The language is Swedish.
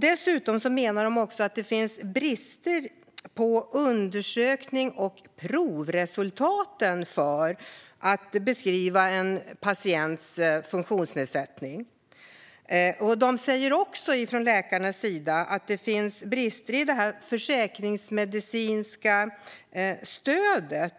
Dessutom menar de att det finns brister i undersöknings och provresultaten för att beskriva en patients funktionsnedsättning. De säger också från läkarnas sida att det finns brister i det försäkringsmedicinska stödet,